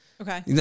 Okay